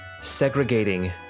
segregating